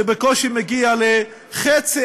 זה בקושי מגיע ל-0.5%.